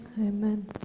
Amen